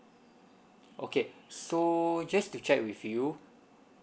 okay so just to check with you